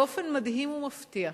באופן מדהים ומפתיע,